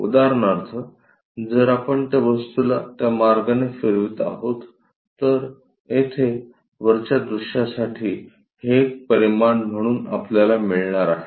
उदाहरणार्थ जर आपण या वस्तूला त्या मार्गाने फिरवत आहोत तर येथे वरच्या दृश्यासाठी हे एक परिमाण म्हणून आपल्याला मिळणार आहे